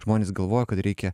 žmonės galvojo kad reikia